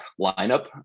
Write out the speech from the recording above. lineup